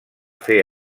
fer